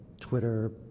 twitter